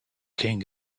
king